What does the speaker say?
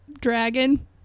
dragon